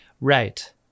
Right